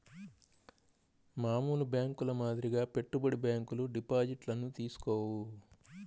మామూలు బ్యేంకుల మాదిరిగా పెట్టుబడి బ్యాంకులు డిపాజిట్లను తీసుకోవు